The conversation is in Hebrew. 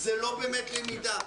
זה לא באמת למידה,